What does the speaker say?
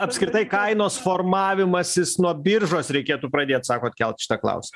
apskritai kainos formavimasis nuo biržos reikėtų pradėt sakot kelt šitą klausimą